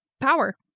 power